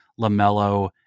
LaMelo